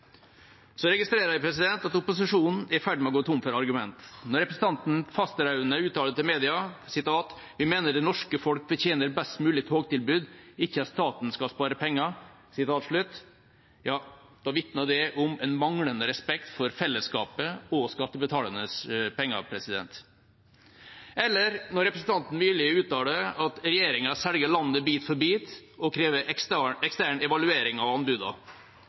Jeg registrerer at opposisjonen er i ferd med å gå tom for argument. Representanten Fasteraune uttaler til media: «Vi mener det norske folk fortjener best mulig togtilbud, ikke at staten skal spare penger.» Det vitner om en manglende respekt for fellesskapet og skattebetalernes penger – det samme når representanten Myrli krever ekstern evaluering av anbudene og uttaler at regjeringa selger landet bit for bit. Her gjennomføres det anbudsprosesser som er helt vanlig innenfor kollektivtransporten, og